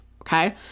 okay